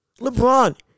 LeBron